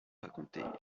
raconter